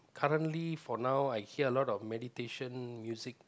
currently for now I hear a lot of meditation music